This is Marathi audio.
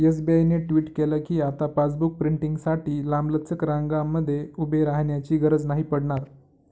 एस.बी.आय ने ट्वीट केल कीआता पासबुक प्रिंटींगसाठी लांबलचक रंगांमध्ये उभे राहण्याची गरज नाही पडणार